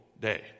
day